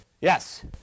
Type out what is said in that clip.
Yes